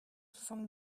soixante